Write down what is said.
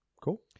Cool